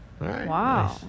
Wow